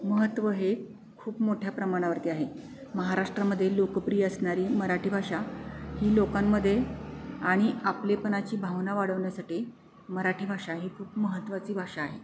महत्व हे खूप मोठ्या प्रमाणावरती आहे महाराष्ट्रामध्ये लोकप्रिय असणारी मराठी भाषा ही लोकांध्ये आणि आपलेपणाची भावना वाढवण्यासाठी मराठी भाषा ही खूप महत्त्वाची भाषा आहे